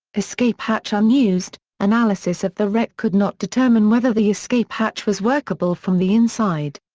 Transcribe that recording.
escape hatch unused analysis of the wreck could not determine whether the escape hatch was workable from the inside.